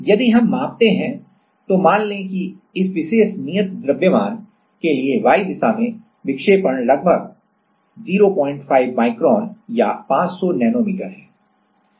यदि हम मापते हैं तो मान लें कि इस विशेष नियत द्रव्यमान प्रूफ मास proof mass के लिए y दिशा में विक्षेपण लगभग 05 माइक्रोन या 500 नैनोमीटर है